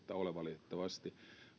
ole valitettavasti